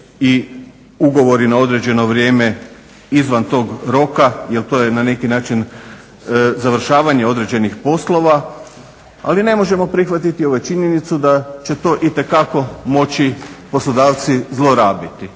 i ugovori na određeno vrijeme izvan tog roka jer to je na neki način završavanje određenih poslova. Ali ne možemo prihvatiti ovu činjenicu da će to itekako moći poslodavci zlorabiti.